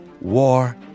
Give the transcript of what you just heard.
war